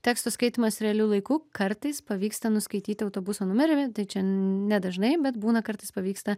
tekstų skaitymas realiu laiku kartais pavyksta nuskaityti autobuso numerį v tai čia ne dažnai bet būna kartais pavyksta